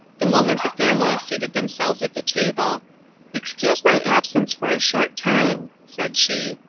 the moment the family seated themselves at the table excuse my absence for a short time, said she,